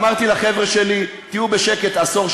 אמרתי לחבר'ה שלי: תהיו בשקט עשור,